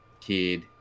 kid